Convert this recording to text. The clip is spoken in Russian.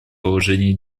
положении